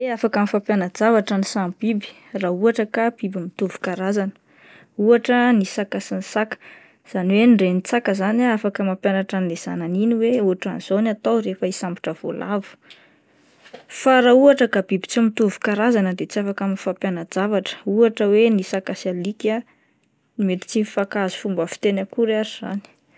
Ye, afaka mifampiana-javatra ny samy biby raha ohatra ka biby mitovy karazana, ohatra ny saka sy ny saka izany hoe ny renin-tsaka zany ah afaka mampianatra an'le zanany iny hoe ohatran'izao no atao rehefa isambotra voalavo, fa raha ohatra ka biby tsy mitovy karazana dia tsy afaka mifampiana-javatra ohatra hoe ny saka sy alika mety tsy mifankahazo fomba fiteny akory ary izany.